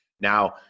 Now